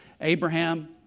Abraham